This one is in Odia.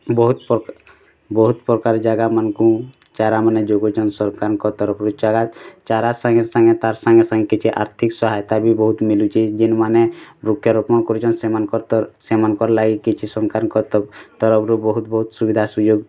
ବହୁତ୍ ପ୍ରକା ବହୁତ ପ୍ରକାର ଜାଗାମାନଙ୍କୁ ଚାରାମାନେ ଯୋଗଉଛନ୍ତି ସରକାରଙ୍କ ତରଫରୁ ଚାରା ଚାରା ସାଙ୍ଗେ ସାଙ୍ଗେ ତା'ର ସାଙ୍ଗେ ସାଙ୍ଗେ କିଛି ଆର୍ଥିକ ସାହାୟାତା ବି ବହୁତ୍ ମିଲୁଛି ଯିନ୍ ମାନେ ବୃକ୍ଷରୋପଣ କରିଛନ୍ତି ସେମାନଙ୍କର ତ ସେମାନଙ୍କର ଲାଗି କିଛି ସରକାରଙ୍କ ତରଫରୁ ତରଫରୁ ବହୁତ ସୁବିଧା ସୁଯୋଗ